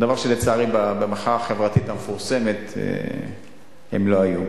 ולצערי, במחאה החברתית המפורסמת הם לא היו.